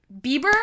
Bieber